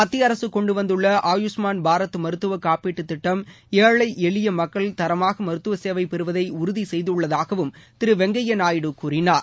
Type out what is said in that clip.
மத்திய அரசு கொண்டுவந்துள்ள ஆயுஷ்மான் பாரத் மருத்துவ காப்பீட்டுத் திட்டம் ஏழை எளிய மக்கள் தரமாக மருத்துவ சேவை பெறுவதை உறுதி செய்துள்ளதாகவும் திரு வெங்கைய்யா நாயுடு கூறினார்